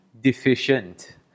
deficient